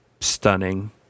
stunning